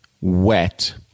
wet